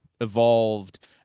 evolved